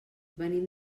venim